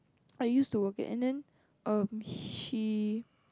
I used to work there and then um she